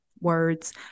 words